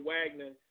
Wagner